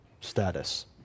status